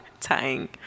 tying